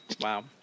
Wow